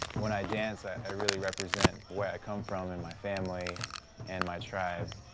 when i dance, i really represent where i come from and my family and my tribe.